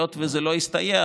היות שזה לא הסתייע,